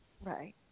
Right